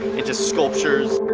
into sculptures.